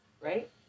Right